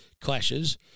clashes